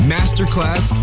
Masterclass